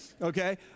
okay